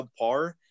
subpar